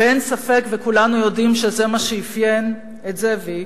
אין ספק וכולנו יודעים שזה מה שאפיין את זאביק.